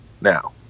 now